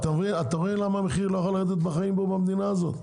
אתה מבין למה המחיר לא יכול לרדת במדינה הזו,